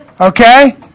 okay